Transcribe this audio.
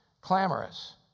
Clamorous